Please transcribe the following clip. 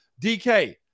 DK